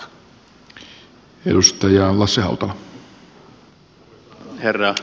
arvoisa herra puhemies